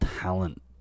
talent